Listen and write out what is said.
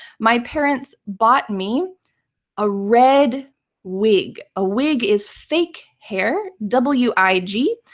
my parents bought me a red wig. a wig is fake hair, w i g.